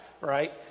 right